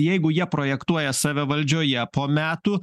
jeigu jie projektuoja save valdžioje po metų